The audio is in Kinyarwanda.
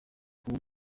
kuba